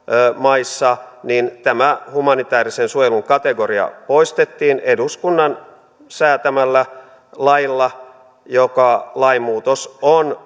maissa niin tämä humanitäärisen suojelun kategoria poistettiin eduskunnan säätämällä lailla joka lainmuutos on